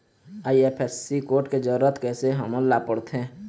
IFSC code के जरूरत कैसे हमन ला पड़थे?